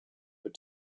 but